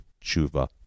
tshuva